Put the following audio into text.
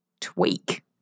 tweak